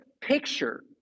picture